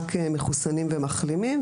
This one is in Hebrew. רק מחוסנים ומחלימים,